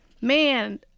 man